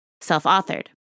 self-authored